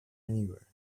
anywhere